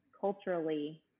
culturally